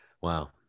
wow